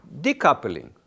decoupling